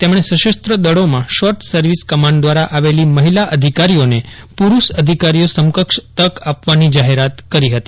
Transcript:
તેમણે સશસ્ત્ર દળોમાં શોર્ટ સર્વિસ કમાન્ડ દવારા આવેલી મહિલા અધિકારીઓને પુરૂષ અધિકારી સમકક્ષ તક આપવાની જાહેરાત કરી હતી